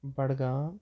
Budgam